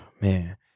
man